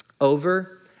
over